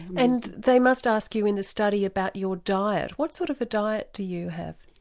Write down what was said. and they must ask you in the study about your diet, what sort of a diet do you have?